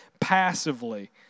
passively